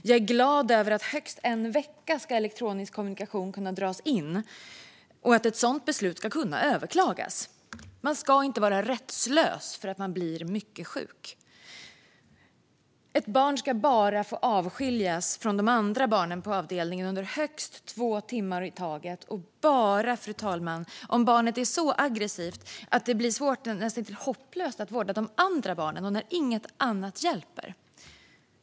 Jag är glad över att elektronisk kommunikation ska kunna dras in högst en vecka och att ett sådant beslut ska kunna överklagas. Man ska inte vara rättslös för att man blir mycket sjuk. Ett barn ska få avskiljas från de andra barnen på avdelningen bara under högst två timmar i taget och bara om barnet är så aggressivt att det blir svårt och näst intill hopplöst att vårda de andra barnen och när ingenting annat hjälper.